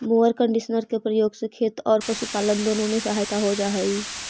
mower conditioner के प्रयोग से खेत औउर पशुपालन दुनो में सहायता हो जा हई